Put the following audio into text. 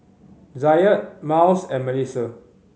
Zaid Myles and Melisa